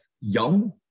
young